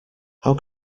how